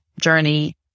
journey